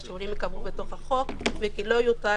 אנחנו מבקשים שהשיעורים ייקבעו בחוק וכי לא תוטל